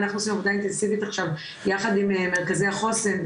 אנחנו עושים עבודה אינטנסיבית עכשיו יחד עם מרכזי החוסן,